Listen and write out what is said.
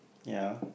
ya